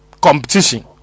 competition